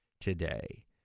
today